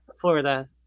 Florida